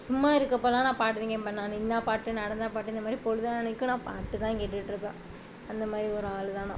சும்மா இருக்கப்போலாம் நான் பாட்டு தான் கேட்பேன் நான் நின்றா பாட்டு நடந்தால் பாட்டு இந்தமாதிரி பொழுதன்றைக்கும் நான் பாட்டு தான் கேட்டுட்டிருப்பேன் அந்தமாதிரி ஒரு ஆள் தான் நான்